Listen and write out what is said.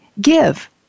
give